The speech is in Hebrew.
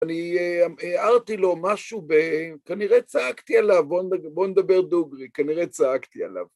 אני הערתי לו משהו, כנראה צעקתי עליו, בוא נדבר דוגרי, כנראה צעקתי עליו.